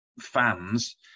fans